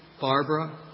Barbara